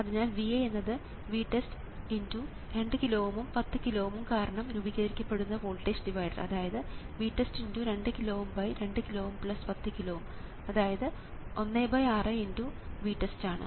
അതിനാൽ VA എന്നത് VTEST × 2 kilo Ωs ഉം 10 കിലോ Ω ഉം കാരണം രൂപീകരിക്കപ്പെട്ട വോൾട്ടേജ് ഡിവൈഡർ അതായത് VTEST × 2 കിലോ Ω 2 കിലോ Ω 10 കിലോ Ω അതായത് 16 × VTEST ആണ്